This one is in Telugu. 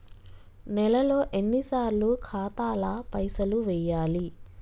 నెలలో ఎన్నిసార్లు ఖాతాల పైసలు వెయ్యాలి?